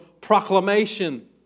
proclamation